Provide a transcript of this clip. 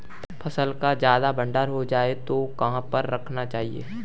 फसल का ज्यादा भंडारण हो जाए तो कहाँ पर रखना चाहिए?